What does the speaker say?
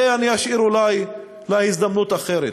את זה אני אשאיר אולי להזדמנות אחרת.